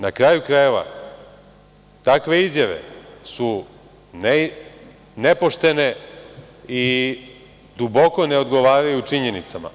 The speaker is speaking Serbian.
Na kraju krajeva, takve izjave su nepoštene i duboko ne odgovaraju činjenicama.